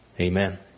Amen